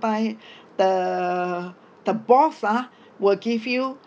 the the boss ah will give you